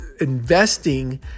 investing